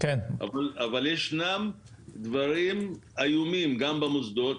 אבל ישנם דברים איומים גם במוסדות,